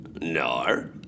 No